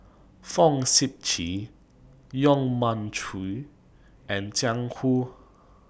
Fong Sip Chee Yong Mun Chee and Jiang Hu